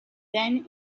then